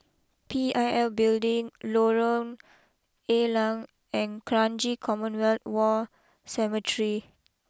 P I L Building Lorong ALeng and Kranji Commonwealth War Cemetery